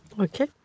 okay